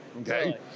Okay